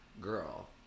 girl